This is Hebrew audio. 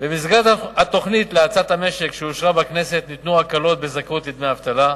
במסגרת התוכנית להאצת המשק שאושרה בכנסת ניתנו הקלות בזכאות לדמי אבטלה.